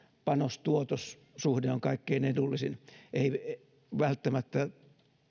panos tuotos suhde on kaikkein edullisin ei välttämättä